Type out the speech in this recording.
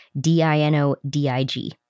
D-I-N-O-D-I-G